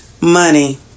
money